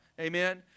Amen